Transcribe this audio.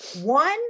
One